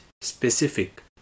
specific